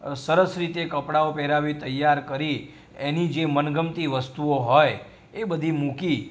સરસ રીતે કપડાઓ પહેરાવી તૈયાર કરી એની જે મનગમતી વસ્તુઓ હોય એ બધી મૂકી